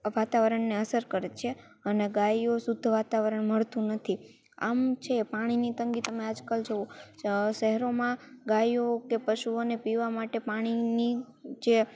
આ વાતાવરણને અસર કરે છે અને ગાયો શુદ્ધ વાતાવરણ મળતું નથી આમ છે પાણીની તંગી તમે આજ કાલ જુઓ શહેરોમાં ગાયો કે પશુઓને પીવા માટે પાણીની જે